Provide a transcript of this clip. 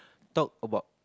talk about